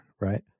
right